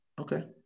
Okay